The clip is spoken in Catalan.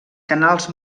canals